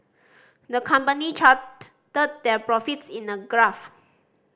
the company charted their profits in a graph